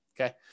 Okay